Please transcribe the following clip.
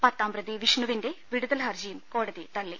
പത്താംപ്രതി വിഷ്ണുവിന്റെ വിടുതൽ ഹർജിയും കോടതി തള്ളി